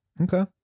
Okay